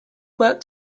work